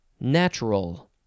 Natural